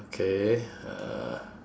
okay uh